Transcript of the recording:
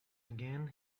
again